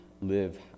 live